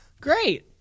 Great